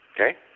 Okay